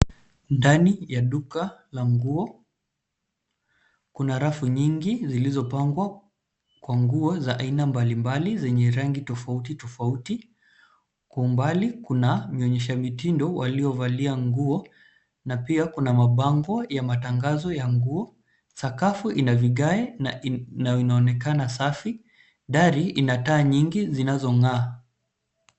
Ndani ya duka la nguo, kuna rafu nyingi zilizopangwa kwa nguo za aina mbalimbali zenye rangi tofauti tofauti. Kwa umbali kuna, vionyesha mitindo waliovalia nguo, na pia kuna mabango ya matangazo ya nguo. Sakafu ina vigae, na inaonekana safi. Dari ina taa nyingi, zinazong'aa.